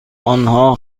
آنها